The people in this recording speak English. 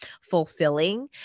fulfilling